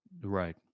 Right